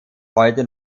heute